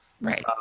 Right